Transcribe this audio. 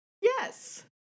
Yes